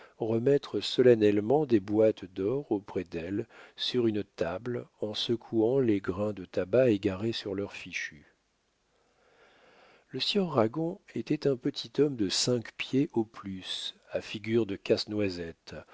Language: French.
remettre solennellement des boîtes d'or auprès d'elles sur une table en secouant les grains de tabac égarés sur leur fichu illustration imp e martinet le sieur ragon était un petit homme de cinq pieds au plus à figure de casse-noisette